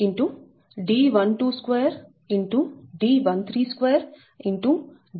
D14